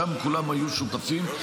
שם כולם היו שותפים.